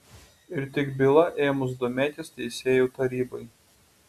ir tik byla ėmus domėtis teisėjų tarybai